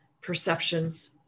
perceptions